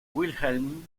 wilhelm